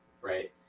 right